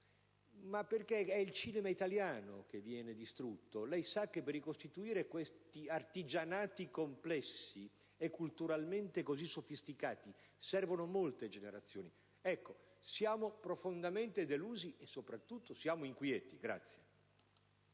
tal modo è il cinema italiano che viene distrutto. Lei sa che per ricostituire questi artigianati complessi e culturalmente così sofisticati servono molte generazioni. Ecco, siamo profondamente delusi, ma soprattutto siamo inquieti.